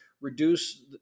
reduce